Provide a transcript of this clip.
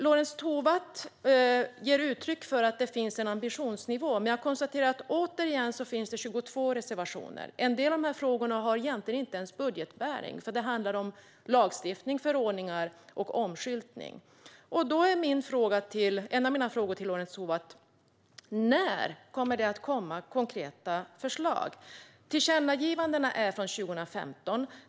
Lorentz Tovatt ger uttryck för att det finns en ambitionsnivå. Jag konstaterar återigen att det finns 22 reservationer. En del av frågorna har egentligen inte ens budgetbäring. Det handlar om lagstiftning, förordningar och omskyltning. En av mina frågor till Lorentz Tovatt är: När kommer det konkreta förslag? Tillkännagivandena är från 2015.